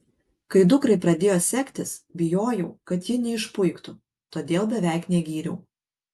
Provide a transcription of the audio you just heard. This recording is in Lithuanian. kai dukrai pradėjo sektis bijojau kad ji neišpuiktų todėl beveik negyriau